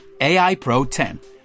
AIPRO10